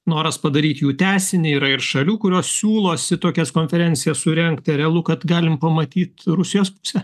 noras padaryt jų tęsinį yra ir šalių kurios siūlosi tokias konferencijas surengti realu kad galim pamatyt rusijos pusę